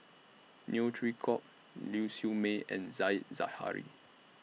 Neo Chwee Kok Ling Siew May and Said Zahari